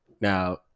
Now